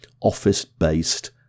office-based